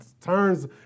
turns